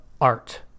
art